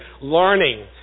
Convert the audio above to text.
learning